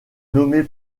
nommé